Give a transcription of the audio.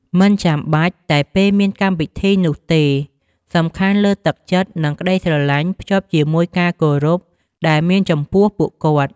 មិនចាំបាច់តែពេលមានកម្មវិធីនោះទេ សំខាន់លើទឹកចិត្ត និងក្ដីស្រឡាញ់ភ្ជាប់ជាមួយការគោរពដែលមានចំពោះពួកគាត់។